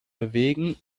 bewegen